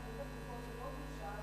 בניגוד לתרופות ללא מרשם,